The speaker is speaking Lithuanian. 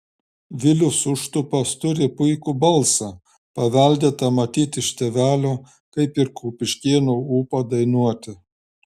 vilius užtupas turi puikų balsą paveldėtą matyt iš tėvelio kaip ir kupiškėnų ūpą dainuoti